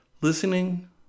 listening